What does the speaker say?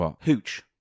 hooch